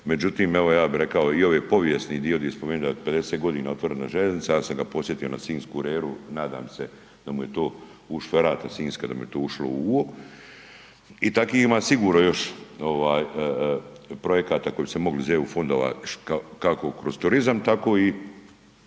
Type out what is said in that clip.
međutim evo ja bi rekao i ovaj povijesni dio di je spomenuo da je 50.g. otvorena željeznica, ja sam ga podsjetio na sinjsku reru, nadam se da mu je to …/Govornik se ne razumije/…sinjska, da mu je to ušlo u uo i taki ima sigurno još ovaj projekata koji bi se mogli iz EU fondova kako kroz turizam, tako i,